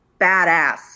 badass